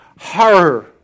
horror